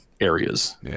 areas